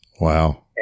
Wow